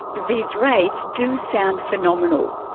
these rates do sound phenomenal,